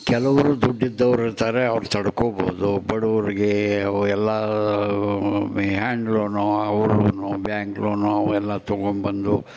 ಕೆಲವ್ರು ದುಡ್ಡಿದ್ದವ್ರು ಇರ್ತಾರೆ ಅವ್ರು ತಡ್ಕೋಬೋದು ಬಡವ್ರಿಗೆ ಅವೆಲ್ಲ ಹ್ಯಾಂಡ್ ಲೋನು ಅವು ಲೋನು ಬ್ಯಾಂಕ್ ಲೋನು ಅವೆಲ್ಲ ತೊಗೊಂಡ್ಬಂದು